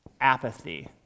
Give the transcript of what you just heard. apathy